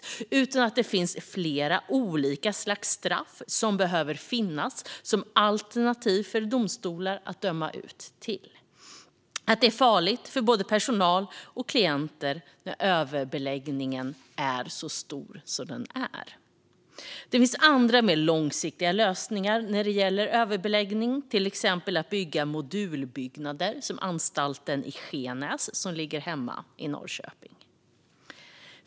Det behöver finnas flera olika slags alternativa straff som domstolar kan utdöma. Det är farligt för både personal och klienter när överbeläggningen är så stor som den är. Det finns andra mer långsiktiga lösningar när det gäller överbeläggning, till exempel att bygga modulbyggnader, som man gjort på Anstalten Skenäs, som ligger hemma i Norrköping.